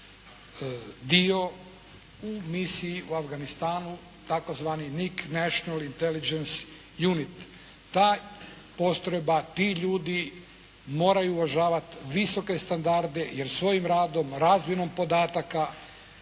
dio u misiji u Afganistanu tzv. «Nick Nationaly Inteligence Unit». Ta postrojba, ti ljudi moraju uvažavati visoke standarde jer svojim radom, razmjenom podataka